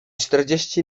czterdzieści